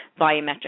volumetric